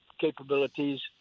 capabilities